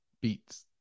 beats